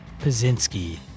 Pazinski